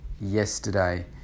yesterday